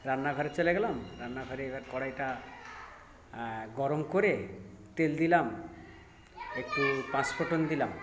রান্না ঘরে চলে গেলাম রান্না ঘরে এবার কড়াইটা গরম করে তেল দিলাম একটু পাঁচ ফোড়ন দিলাম